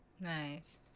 Nice